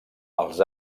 els